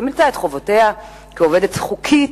שמילאה את חובותיה כעובדת זרה חוקית.